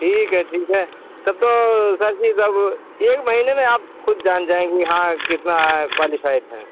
ठीक है ठीक है तब तो सर जी सब एक महीने में आप खुद जान जाएँगे हाँ कितना है क्वालिफ़ाइड हैं